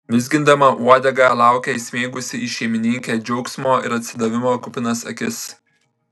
vizgindama uodegą laukė įsmeigusi į šeimininkę džiaugsmo ir atsidavimo kupinas akis